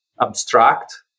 abstract